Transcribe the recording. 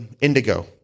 Indigo